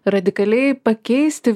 radikaliai pakeisti